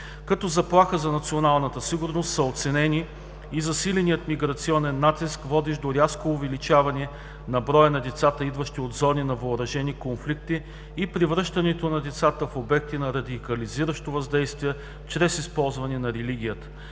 Като заплаха за националната сигурност са оценени и засиленият миграционен натиск, водещ до рязко увеличаване на броя на децата, идващи от зони на въоръжени конфликти и превръщането на децата в обекти на радикализиращо въздействие чрез използване на религията.